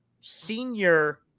senior